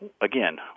again